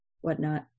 whatnot